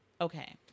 Okay